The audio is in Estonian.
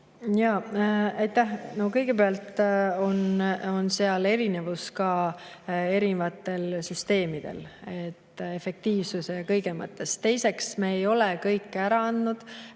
No kõigepealt on seal erinevus erinevatel süsteemidel, efektiivsuse ja kõige mõttes. Teiseks, me ei ole kõike ära andnud.